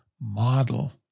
model